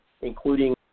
including